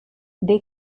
they